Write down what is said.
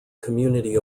community